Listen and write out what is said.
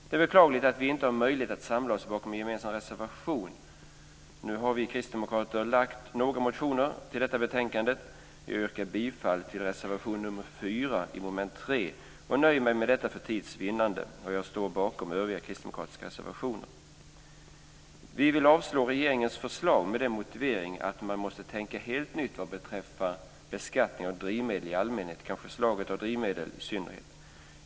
Det är beklagligt att vi inte har möjlighet att samla oss bakom en gemensam reservation. Nu har vi kristdemokrater några motioner i detta betänkande. Jag yrkar bifall till reservation 4 under mom. 3 och nöjer mig med detta för tids vinnande. Jag står bakom övriga kristdemokratiska reservationer. Vi vill avslå regeringens förslag med den motiveringen att man måste tänka helt nytt beträffande beskattningen av drivmedel i allmänhet och kanske slaget av drivmedel i synnerhet.